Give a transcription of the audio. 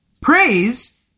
Praise